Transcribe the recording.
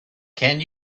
can